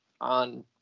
on